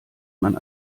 man